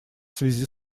связи